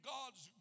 God's